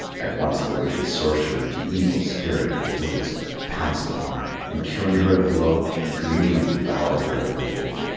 at once the wicked sorcerer the evil spirit of the woods pounced upon her, and killing her at a blow, he greedily devoured her like a wolf,